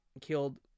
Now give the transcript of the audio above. killed